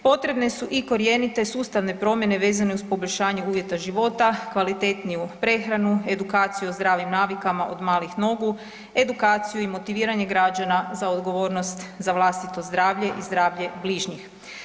Potrebne su i korijenite sustavne promjene vezane uz poboljšanje uvjeta život, kvalitetniju prehranu, edukaciju o zdravim navikama od malih nogu, edukaciju i motiviranje građana za odgovornost za vlastito zdravlje i zdravlje bližnjih.